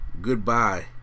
Goodbye